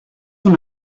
una